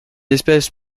espèce